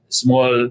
small